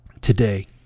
today